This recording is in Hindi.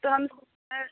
तो हम फिर